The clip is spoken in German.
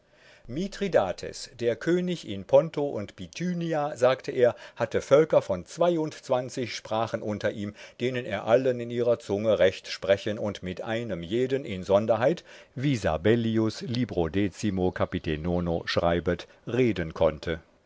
der könig in ponto und bithynia sagte er hatte völker von zweiundzwanzig sprachen unter ihm denen er allen in ihrer zunge recht sprechen und mit einem jeden insonderheit wie sabel lieb brokat schreibet reden konnte